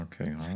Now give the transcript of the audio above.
okay